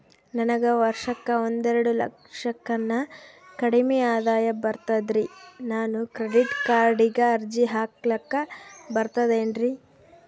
ನನಗ ವರ್ಷಕ್ಕ ಒಂದೆರಡು ಲಕ್ಷಕ್ಕನ ಕಡಿಮಿ ಆದಾಯ ಬರ್ತದ್ರಿ ನಾನು ಕ್ರೆಡಿಟ್ ಕಾರ್ಡೀಗ ಅರ್ಜಿ ಹಾಕ್ಲಕ ಬರ್ತದೇನ್ರಿ?